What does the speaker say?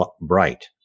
bright